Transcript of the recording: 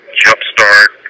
jumpstart